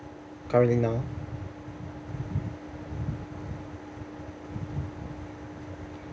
currently now